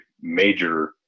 major